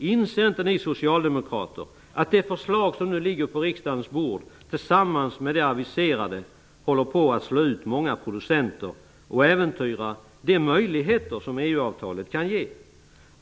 Inser inte ni socialdemokrater att det förslag som nu ligger på riksdagens bord tillsammans med det aviserade håller på att slå ut många producenter och äventyrar de möjligheter som EU-avtalet kan ge?